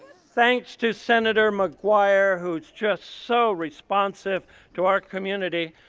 thanks to senator mcguire who's just so responsive to our community,